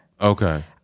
Okay